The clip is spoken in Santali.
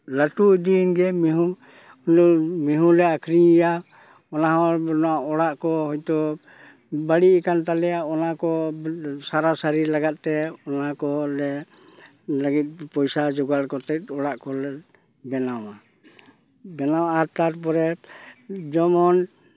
ᱞᱟᱹᱴᱩ ᱤᱫᱤᱭᱮᱱ ᱜᱮ ᱢᱤᱦᱩᱸ ᱩᱱᱤ ᱢᱤᱦᱩᱸ ᱞᱮ ᱟᱠᱷᱨᱤᱧᱮᱭᱟ ᱚᱱᱟ ᱦᱚᱸ ᱚᱲᱟᱜ ᱠᱚ ᱦᱚᱭᱛᱳ ᱵᱟᱹᱲᱤᱡ ᱟᱠᱟᱱ ᱛᱟᱞᱮᱭᱟ ᱚᱱᱟ ᱠᱚ ᱥᱟᱨᱟᱥᱟᱨᱤ ᱞᱟᱜᱟᱫ ᱛᱮ ᱚᱱᱟ ᱠᱚᱞᱮ ᱞᱟᱹᱜᱤᱫ ᱯᱚᱭᱥᱟ ᱡᱚᱜᱟᱲ ᱠᱟᱛᱮ ᱚᱲᱟᱜ ᱠᱚᱞᱮ ᱵᱮᱱᱟᱣᱟ ᱵᱮᱱᱟᱣ ᱟᱨ ᱛᱟᱨᱯᱚᱨᱮ ᱡᱮᱢᱚᱱ